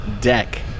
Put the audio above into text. deck